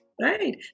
right